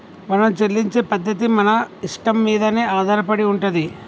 మనం చెల్లించే పద్ధతి మన ఇష్టం మీదనే ఆధారపడి ఉంటది